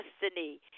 destiny